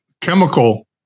chemical